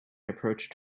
approached